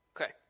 Okay